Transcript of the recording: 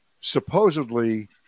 supposedly